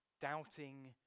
doubting